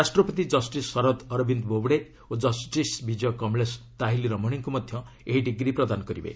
ରାଷ୍ଟ୍ରପତି ଜଷିସ୍ ଶରଦ୍ ଅରବିନ୍ଦ ବୋବ୍ଡେ ଓ ଜଷ୍ଟିସ୍ ବିଜୟ କମଳେଶ ତାହିଲି ରମଣିଙ୍କୁ ମଧ୍ୟ ଏହି ଡିଗ୍ରୀ ପ୍ରଦାନ କରିବେ